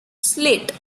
slate